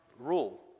rule